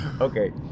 Okay